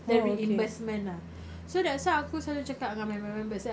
then reimbursement ah so that's why aku selalu cakap dengan members members eh